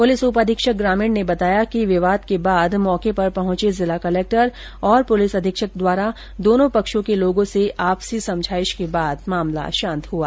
police उप अधीक्षक ग्रामीण ने बताया कि विवाद के बाद मौके पर पहुंचे जिला कलेक्टर और पुलिस अधीक्षक द्वारा दोनो पक्षों के लोगों से आपसी समझाइश के बाद मामला शांत हुआ